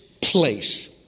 place